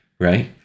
Right